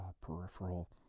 peripheral